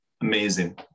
Amazing